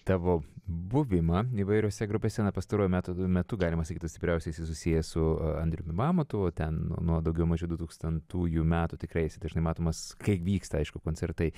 tavo buvimą įvairiose grupėse na pastaruoju metu metu galima sakyt tu stipriausiai esi susijęs su andriumi mamontovu ten nuo daugiau mažiau dutūkstantųjų metų tikrai esi dažnai matomas kai vyksta aišku koncertai